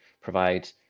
provide